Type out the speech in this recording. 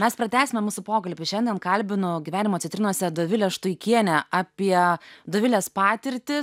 mes pratęsime mūsų pokalbį šiandien kalbinu gyvenimo citrinose dovilę štuikienę apie dovilės patirtį